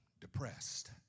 depressed